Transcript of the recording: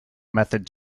method